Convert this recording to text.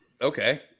Okay